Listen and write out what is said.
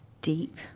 deep